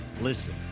Listen